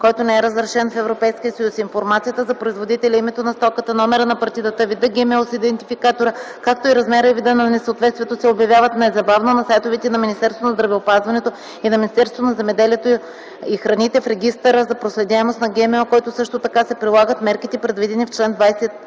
който не е разрешен в Европейския съюз. Информацията за производителя, името на стоката, номера на партидата, вида ГМО с идентификатора, както и размера и вида на несъответствието се обявяват незабавно на сайтовете на Министерство на здравеопазването и на Министерството на земеделието и храните в регистъра за проследяемост на ГМО, като също така се прилагат мерките, предвидени в чл. 20а